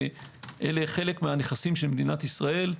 שאלה חלק מהנכסים של מדינת ישראל,